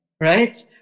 Right